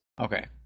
okay